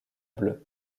bleue